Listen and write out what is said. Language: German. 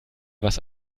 was